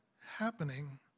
happening